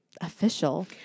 official